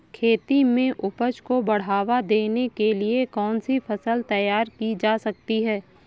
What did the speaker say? खेती में उपज को बढ़ावा देने के लिए कौन सी फसल तैयार की जा सकती है?